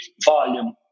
volume